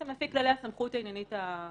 לפי כללי הסמכות העניינית הרגילים.